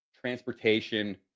transportation